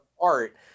art